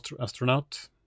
astronaut